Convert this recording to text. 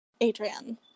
Adrian